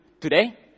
today